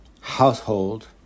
household